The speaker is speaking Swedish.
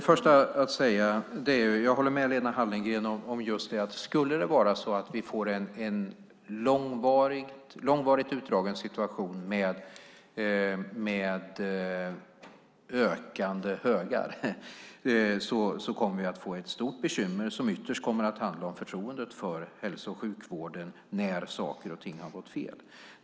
Fru talman! Jag håller med Lena Hallengren: Om vi skulle få en långvarigt utdragen situation med ökande högar, då kommer vi att få ett stort bekymmer som ytterst handlar om förtroendet för hälso och sjukvården när saker och ting har gått fel.